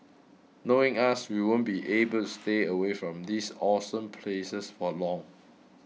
knowing us we won't be able to stay away from these awesome places for long